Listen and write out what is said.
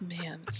Man